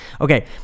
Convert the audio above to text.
Okay